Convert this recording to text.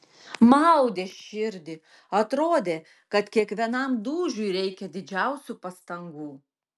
maudė širdį atrodė kad kiekvienam dūžiui reikia didžiausių pastangų